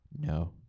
No